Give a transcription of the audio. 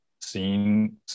seen